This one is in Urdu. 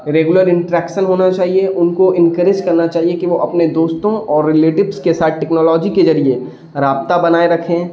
ریگولر انٹریکشن ہونا چاہیے ان کو انکرییج کرنا چاہیے کہ وہ اپنے دوستوں اور ریلیٹوس کے ساتھ ٹیکنالوجی کے ذریعے رابطہ بنائے رکھیں